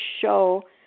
show